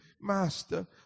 Master